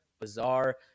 bizarre